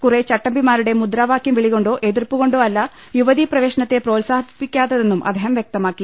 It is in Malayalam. കുറേ ചട്ടമ്പിമാരുടെ മുദ്രാവാക്യം വിളി കൊണ്ടോ എതിർപ്പു കൊണ്ടോ അല്ല യുവതീ പ്രവേശനത്തെ പ്രോത്സാഹിപ്പിക്കാത്തതെന്നും അദ്ദേഹം വ്യക്തമാക്കി